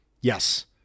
Yes